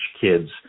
kids